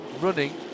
running